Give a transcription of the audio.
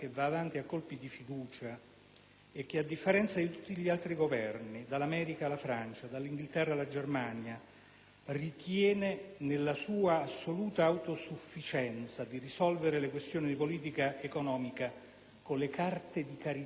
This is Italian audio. e che, a differenza di tutti gli altri Governi - dall'America alla Francia, dall'Inghilterra alla Germania - ritiene nella sua assoluta autosufficienza di risolvere le questioni di politica economica con le carte di carità da 40 euro al mese